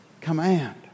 command